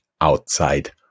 outside